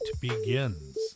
begins